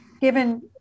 given